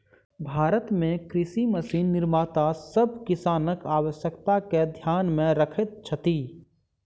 भारत मे कृषि मशीन निर्माता सभ किसानक आवश्यकता के ध्यान मे रखैत छथि